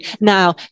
now